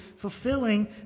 fulfilling